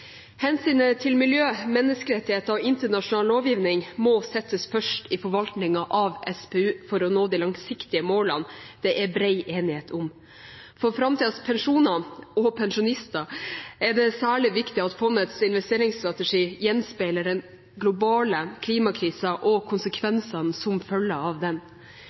Hensynet til miljø, menneskerettigheter og internasjonal lovgivning må settes først i forvaltningen av SPU for å nå de langsiktige målene det er bred enighet om. For framtidens pensjoner og pensjonister er det særlig viktig at fondets investeringsstrategi gjenspeiler den globale klimakrisen og konsekvensene som følger av den.